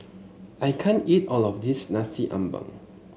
I can't eat all of this Nasi Ambeng